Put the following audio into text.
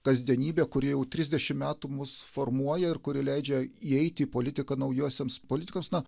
kasdienybė kuri jau trisdešimt metų mus formuoja ir kuri leidžia įeiti į politiką naujosioms politikos na